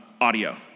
audio